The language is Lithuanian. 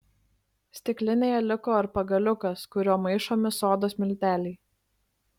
stiklinėje liko ir pagaliukas kuriuo maišomi sodos milteliai